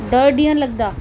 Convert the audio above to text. डह ॾींहं लॻंदा